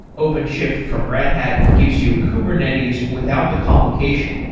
openshift from red hat gives you kubernetes without the complication.